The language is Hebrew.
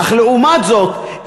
לעומת זאת,